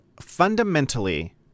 fundamentally